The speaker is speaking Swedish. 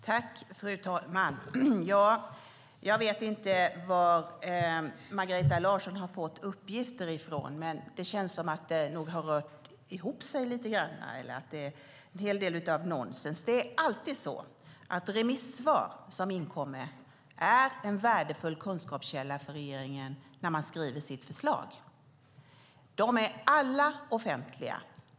Fru talman! Jag vet inte var Margareta Larsson har fått uppgifter ifrån, med det känns som om det har rört ihop sig lite grann eller som om det är en hel del nonsens. Remissvar som inkommer är alltid en värdefull kunskapskälla för regeringen när den skriver sitt förslag. De är alla offentliga.